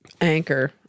Anchor